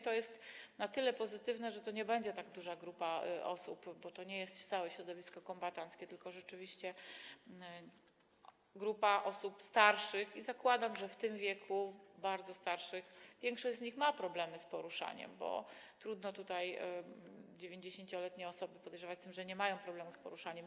To jest o tyle pozytywne, że to nie będzie tak duża grupa osób, to nie jest całe środowisko kombatanckie, tylko rzeczywiście grupa osób starszych, i zakładam, że w tym wieku, bardzo starszym, większość z nich ma problemy z poruszaniem się, bo trudno 90-letnie osoby podejrzewać o to, że nie mają problemu z poruszaniem się.